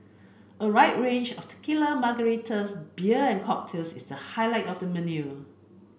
a wide range of tequila margaritas beer and cocktails is the highlight of the menu